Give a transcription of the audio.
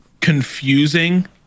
confusing